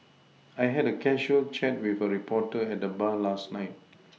I had a casual chat with a reporter at the bar last night